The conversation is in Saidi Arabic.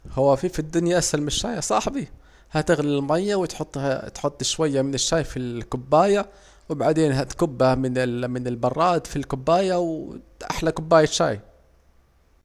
هو فيه في الدنيا اسهل من الشاي يا صاحبي، هتغلي المياه وتحطها وتحط شوية من الشاي في الكوباية وبعدين هتكبها من البراد في الكباية وأحلى كوباية شاي